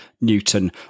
Newton